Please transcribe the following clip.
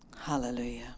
Hallelujah